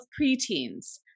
preteens